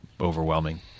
overwhelming